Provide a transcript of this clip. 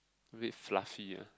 a bit fluffy ya